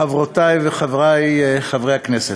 תודה, חברותי וחברי חברי הכנסת,